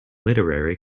literary